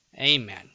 Amen